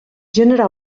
generar